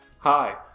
Hi